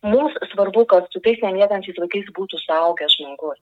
mums svarbu kad su tais nemiegančiais vaikais būtų suaugęs žmogus